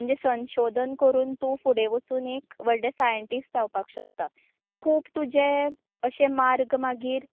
म्हणजे संशेधन करून तूं फुडें वचून एक व्हडलें सायंटिस्ट जावपाक शकता खूब तुजें अशें मार्ग मागीर